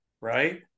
right